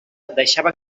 deixava